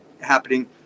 happening